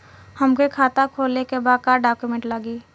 हमके खाता खोले के बा का डॉक्यूमेंट लगी?